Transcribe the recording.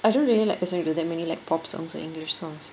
I don't really like listening to that many like pop songs or english songs